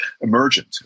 emergent